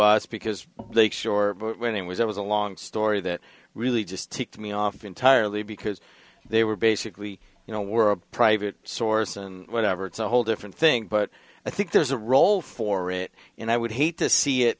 us because they sure when it was it was a long story that really just ticked me off entirely because they were basically you know we're a private source and whenever it's a whole different thing but i think there's a role for it and i would hate to see it